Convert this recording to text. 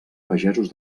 pagesos